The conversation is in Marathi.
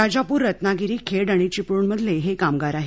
राजापूर रत्नागिरी खेड आणि चिपळूणमधले हे कामगार आहेत